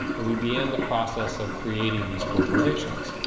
and we began the process of creating these corporations.